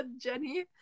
jenny